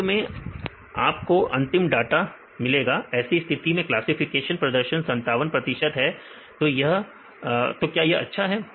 अंत में आप को अंतिम डाटा मिलेगा ऐसी स्थिति में क्लासफिकेशन प्रदर्शन 57 है तो क्या यह अच्छा है